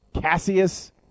Cassius